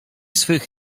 swych